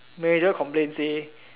manager complained say